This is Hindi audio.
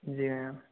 जी मैम